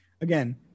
again